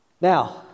Now